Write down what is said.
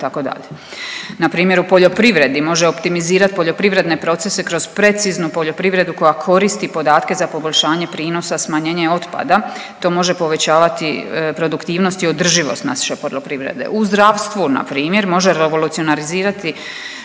Na primjer u poljoprivredi može optimizirati poljoprivredne procese kroz preciznu poljoprivredu koja koristi podatke za poboljšanje prinosa, smanjenje otpada. To može povećavati produktivnost i održivost naše poljoprivrede. U zdravstvu na primjer može revolucionirati